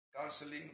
counseling